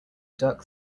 duck